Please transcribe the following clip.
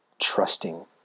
trusting